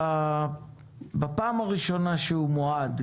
בפעם הראשונה שהוא מועד,